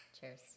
Cheers